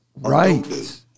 Right